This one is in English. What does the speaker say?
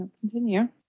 Continue